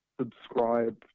subscribe